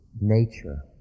nature